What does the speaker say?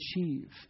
achieve